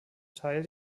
teil